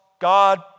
God